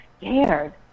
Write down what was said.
scared